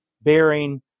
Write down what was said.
bearing